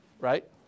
right